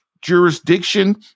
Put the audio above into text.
jurisdiction